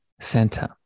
center